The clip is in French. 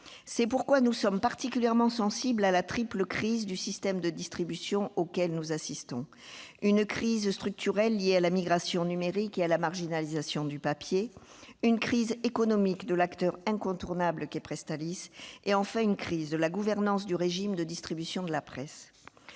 C'est pourquoi nous sommes particulièrement sensibles à la triple crise du système de distribution auquel nous assistons : crise structurelle, liée à la migration numérique et à la marginalisation du papier ; crise économique de l'acteur incontournable qu'est Presstalis ; enfin, crise de la gouvernance du régime de distribution de la presse.